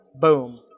Boom